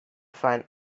find